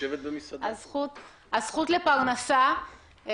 הזכות לפרנסה,